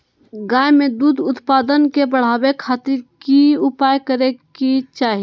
गाय में दूध उत्पादन के बढ़ावे खातिर की उपाय करें कि चाही?